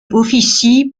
officie